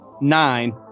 nine